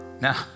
Now